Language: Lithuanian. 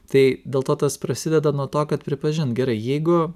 tai dėl to tas prasideda nuo to kad pripažint gerai jeigu